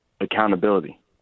accountability